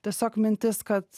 tiesiog mintis kad